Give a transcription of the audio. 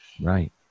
right